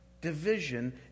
division